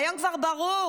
היום כבר ברור,